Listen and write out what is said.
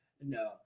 No